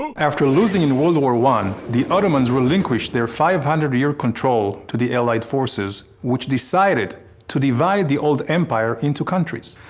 after losing in world war one the ottoman's relinquished their five hundred year control to the allied forces, which decided to divide the old empire into countries.